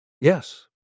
yes